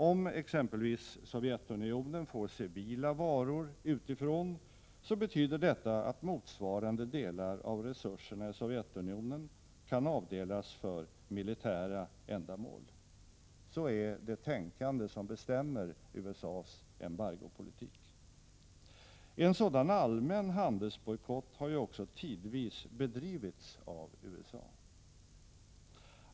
Om exempelvis Sovjetunionen får civila varor utifrån, betyder detta att motsvarande delar av resurserna i Sovjetunionen kan avdelas för militära ändamål. Så är det tänkande som bestämmer USA:s embargopolitik. En sådan allmän handelsbojkott har ju också tidvis bedrivits av USA.